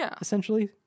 essentially